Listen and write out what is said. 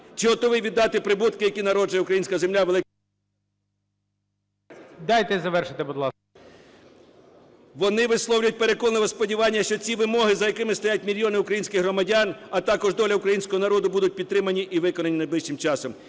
чи готовий віддати прибутки, які народжує українська земля… ГОЛОВУЮЧИЙ. Дайте завершити, будь ласка. КИРИЛЕНКО І.Г. Вони висловлюють переконливе сподівання, що ці вимоги, за якими стоять мільйони українських громадян, а також доля українського народу, будуть підтримані і виконані найближчим часом.